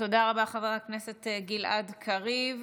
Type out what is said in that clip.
חבר הכנסת גלעד קריב.